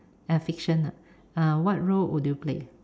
uh fiction ah what role would you play